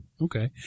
Okay